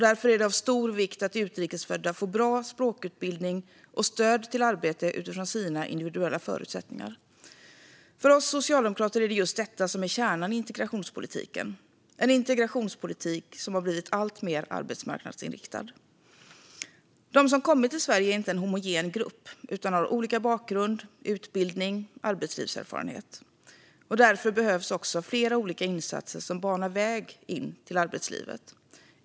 Därför är det av stor vikt att utrikes födda får bra språkutbildning och stöd till arbete utifrån sina individuella förutsättningar. För oss socialdemokrater är det just detta som är kärnan i integrationspolitiken, en integrationspolitik som har blivit alltmer arbetsmarknadsinriktad. De som har kommit till Sverige är inte en homogen grupp utan har olika bakgrund, utbildning och arbetslivserfarenhet. Därför behövs också flera olika insatser som banar väg till arbetslivet.